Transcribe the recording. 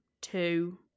two